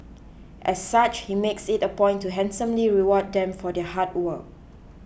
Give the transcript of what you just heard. as such he makes it a point to handsomely reward them for their hard work